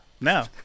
No